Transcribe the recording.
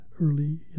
early